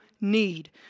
need